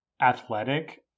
athletic